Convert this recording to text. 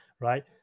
Right